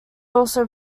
also